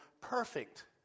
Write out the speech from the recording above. perfect